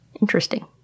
Interesting